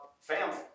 family